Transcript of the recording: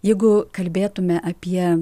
jeigu kalbėtume apie